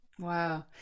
wow